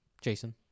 Jason